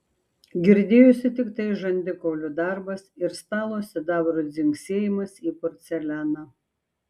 girdėjosi tiktai žandikaulių darbas ir stalo sidabro dzingsėjimas į porcelianą